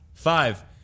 Five